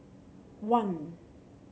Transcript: one